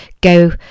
go